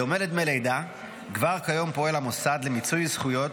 בדומה לדמי לידה כבר כיום פועל המוסד למיצוי זכויות